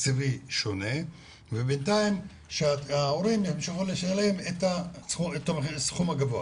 תקציבי שונה ובינתיים שההורים ימשיכו לשלם את הסכום הגבוה.